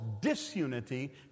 disunity